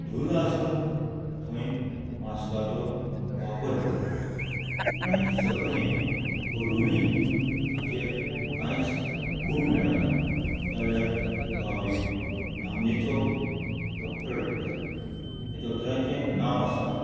धूल आसा थंय मास्काचो वापर कर आणी सगळें करुनूय हाचेर कांयच गूण मेळना जाल्यार तुका हांव एक नामनेचो डॉक्टर दिता हे दोतोराचें नांव आसा